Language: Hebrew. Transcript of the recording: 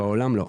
לא.